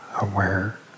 aware